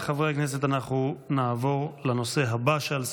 חברי הכנסת, אנחנו נעבור לנושא הבא שעל סדר-היום,